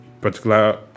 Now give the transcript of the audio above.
particular